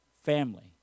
family